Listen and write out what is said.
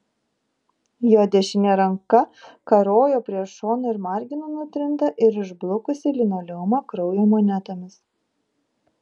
jo dešinė ranka karojo prie šono ir margino nutrintą ir išblukusį linoleumą kraujo monetomis